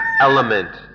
element